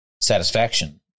satisfaction